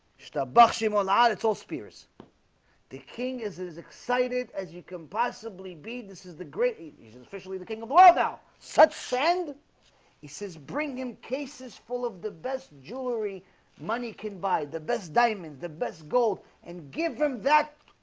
just a bug him on out it's all spirits the king is as excited as you can possibly be this is the great news and officially the king of war about such sand he says bring in cases full of the best jewelry money can buy the best diamonds the best gold and give him that?